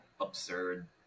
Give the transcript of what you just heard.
absurd